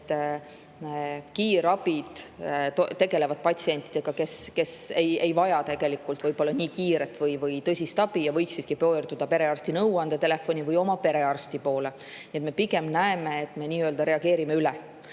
et kiirabid tegelevad ka patsientidega, kes ei vaja tegelikult nii kiiret või nii tõsist abi ja võiksidki pöörduda perearsti nõuandetelefoni või oma perearsti poole. Nii et me pigem näeme, et me reageerime